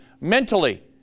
mentally